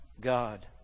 God